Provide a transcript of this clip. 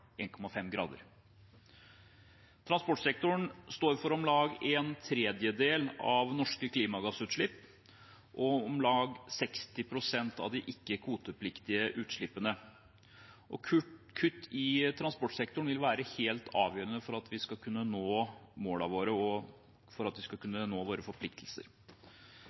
grader. Transportsektoren står for om lag en tredjedel av norske klimagassutslipp og om lag 60 pst. av de ikke-kvotepliktige utslippene. Kutt i transportsektoren vil være helt avgjørende for at vi skal kunne nå målene våre, og for at vi skal kunne nå våre forpliktelser.